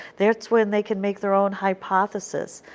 that's when they can make their own hypothesis.